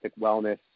wellness